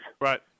Right